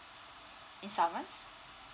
installments